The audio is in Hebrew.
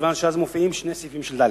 מכיוון שאז מופיעים שני סעיפים (ד).